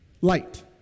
Light